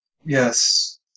Yes